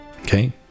Okay